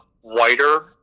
whiter